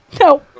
No